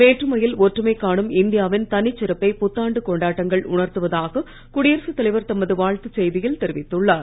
வேற்றுமையில் ஒற்றுமை காணும் இந்தியாவின் தனிச்சிறப்பை புத்தாண்டு கொண்டாட்டங்கள் உணர்த்துவதாக குடியரசுத் தலைவர் தமது வாழ்த்துச் செய்தியில் தெரிவித்துள்ளார்